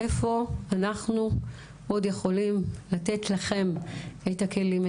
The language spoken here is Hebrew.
איפה אנחנו עוד יכולים לתת לכם את הכלים,